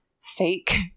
fake